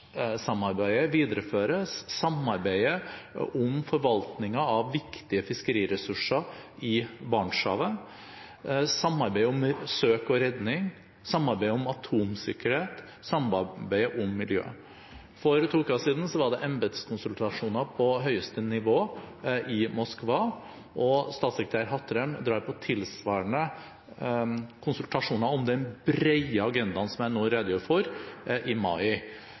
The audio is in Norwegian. videreføres, samarbeidet om forvaltningen av viktige fiskeriressurser i Barentshavet, samarbeidet om søk og redning, samarbeidet om atomsikkerhet, samarbeidet om miljø. For to uker siden var det embetskonsultasjoner på høyeste nivå i Moskva, og statssekretær Hattrem drar på tilsvarende konsultasjoner om den brede agendaen som jeg nå redegjør for, i mai.